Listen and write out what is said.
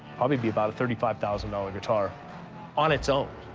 probably be about thirty five thousand dollars guitar on its own.